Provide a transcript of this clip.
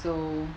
so